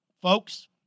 Folks